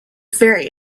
very